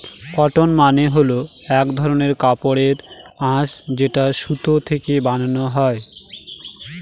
cotton মানে হল এক ধরনের কাপড়ের আঁশ যেটা সুতো থেকে বানানো